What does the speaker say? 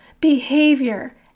behavior